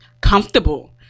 comfortable